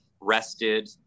rested